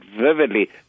vividly